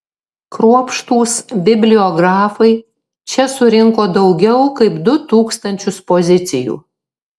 kruopštūs bibliografai čia surinko daugiau kaip du tūkstančius pozicijų